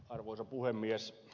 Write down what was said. arvoisa puhemies